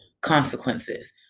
consequences